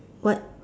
what